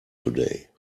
today